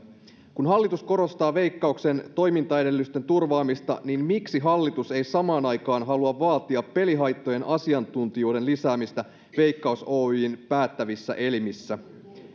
kun hallitus korostaa veikkauksen toimintaedellytysten turvaamista niin miksi hallitus ei samaan aikaan halua vaatia pelihaittojen asiantuntijoiden lisäämistä veikkaus oyjn päättävissä elimissä